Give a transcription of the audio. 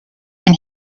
and